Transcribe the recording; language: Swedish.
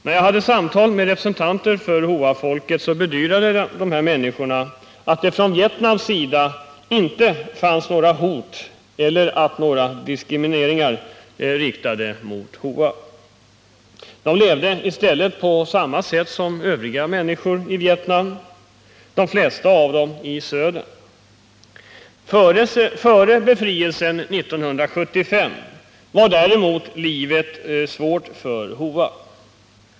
När jag hade samtal med representanter för Hoafolket bedyrade dessa att det från Vietnams sida inte fanns några hot eller någon diskriminering riktad mot Hoa. De levde i stället på samma sätt som övriga människor i Vietnam, och de flesta av dem i södern. Före befrielsen 1975 var livet svårt för Hoa.